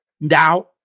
Now